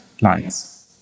lines